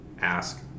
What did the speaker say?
ask